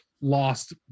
lost